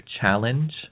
challenge